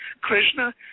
Krishna